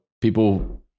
people